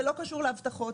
זה לא קשור להבטחות,